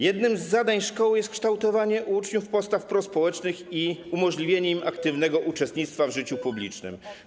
Jednym z zadań szkoły jest kształtowanie u uczniów postaw prospołecznych i umożliwienie im aktywnego uczestnictwa w życiu publicznym.